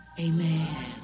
Amen